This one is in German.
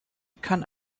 kann